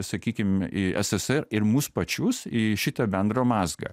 sakykim į sss ir mus pačius į šitą bendrą mazgą